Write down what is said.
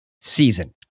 season